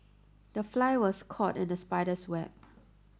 the fly was caught in the spider's web